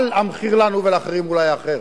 אבל המחיר לנו ולאחרים אולי היה אחר.